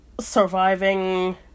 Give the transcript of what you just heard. surviving